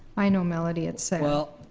i know melody it's sad. well,